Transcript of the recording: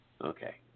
Okay